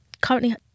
currently